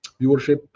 viewership